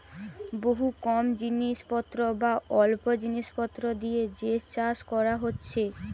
বহুত কম জিনিস পত্র বা অল্প জিনিস পত্র দিয়ে যে চাষ কোরা হচ্ছে